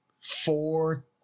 four